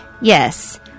Yes